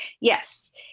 Yes